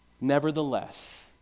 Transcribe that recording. Nevertheless